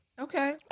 Okay